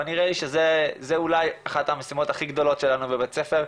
זה אולי אחת המשימות הכי גדולות שלנו בבית ספר.